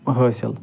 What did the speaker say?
حٲصِل